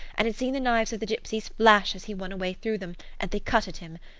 and had seen the knives of the gypsies flash as he won a way through them, and they cut at him.